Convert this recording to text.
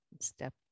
Step